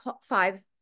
five